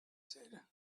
said